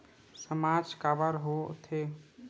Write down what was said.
सामाज काबर हो थे?